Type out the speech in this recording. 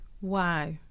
Wow